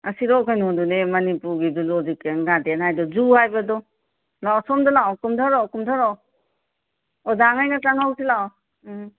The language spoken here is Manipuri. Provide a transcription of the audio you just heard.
ꯑꯁꯤꯔꯣ ꯀꯩꯅꯣꯗꯨꯅꯦ ꯃꯅꯤꯄꯨꯔꯒꯤ ꯖꯨꯂꯣꯖꯤꯀꯦꯜ ꯒꯥꯔꯗꯦꯟ ꯍꯥꯏꯗꯣ ꯖꯨ ꯍꯥꯏꯕꯗꯣ ꯂꯥꯛꯑꯣ ꯁꯣꯝꯗ ꯂꯥꯛꯑꯣ ꯀꯨꯝꯙꯔꯛꯑꯣ ꯀꯨꯝꯙꯔꯛꯑꯣ ꯑꯣꯖꯥꯈꯩꯒ ꯆꯪꯍꯧꯁꯤ ꯂꯥꯛꯑꯣ